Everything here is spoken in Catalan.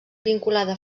vinculada